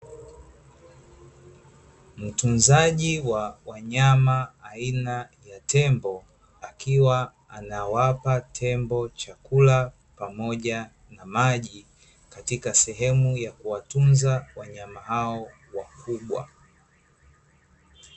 Mtunzaji wa wanyama aina ya tembo, akiwa anawapa tembo chakula pamoja na maji katika sehemu ya kuwatunza wanyama hao wakubwa.